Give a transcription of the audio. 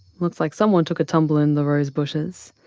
looks like someone took a tumble in the rose bushes.